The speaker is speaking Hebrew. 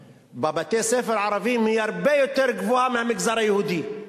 בבתי-הספר הערביים היא הרבה יותר גבוהה מבמגזר היהודי.